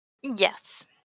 Yes